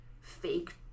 fake